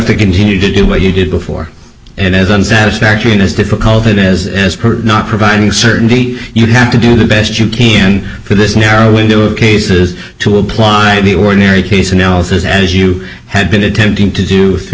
to continue to do what you did before and as unsatisfactoriness difficult it is not providing certainty you have to do the best you can for this narrow window of cases to apply in the ordinary case analysis as you had been attempting to do through